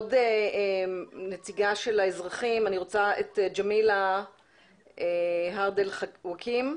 עוד נציגה של האזרחים, ג'מילה הרדל ואכים.